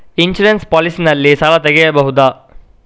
Insurance policy ನಲ್ಲಿ ಸಾಲ ತೆಗೆಯಬಹುದ?